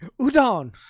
udon